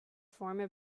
former